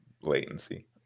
latency